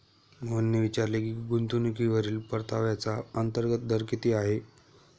मोहनने विचारले की गुंतवणूकीवरील परताव्याचा अंतर्गत दर किती आहे?